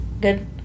good